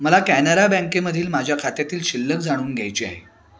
मला कॅनरा बँकेमधील माझ्या खात्यातील शिल्लक जाणून घ्यायची आहे